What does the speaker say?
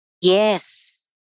yes